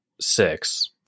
six